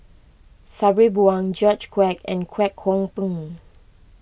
Sabri Buang George Quek and Kwek Hong Png